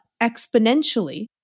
exponentially